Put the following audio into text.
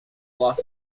lost